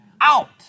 out